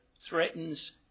threatens